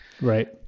Right